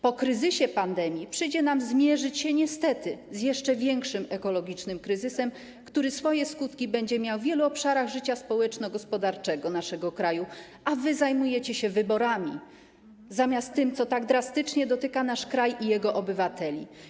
Po kryzysie pandemii przyjdzie nam zmierzyć się niestety z jeszcze większym, ekologicznym kryzysem, który swoje skutki będzie miał w wielu obszarach życia społeczno-gospodarczego naszego kraju, a wy zajmujecie się wyborami zamiast tym, co tak drastycznie dotyka nasz kraj i jego obywateli.